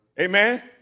Amen